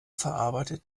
verarbeitet